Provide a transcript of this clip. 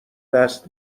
دست